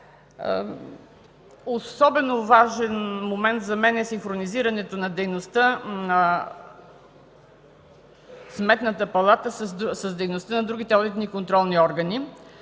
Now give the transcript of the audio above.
Особено важен момент за мен е синхронизирането на дейността на Сметната палата с дейността на другите одитни контролни органи,